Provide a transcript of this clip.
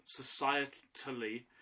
societally